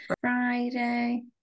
Friday